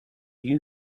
you